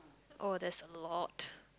oh that's a lot